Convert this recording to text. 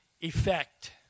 effect